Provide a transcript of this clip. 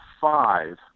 five